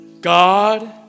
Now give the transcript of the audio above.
God